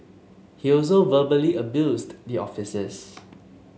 he also verbally abused the officers